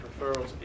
referrals